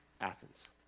Athens